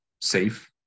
safe